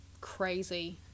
crazy